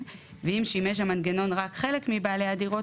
ואם שימש המנגנון רק חלק מבעלי הדירות,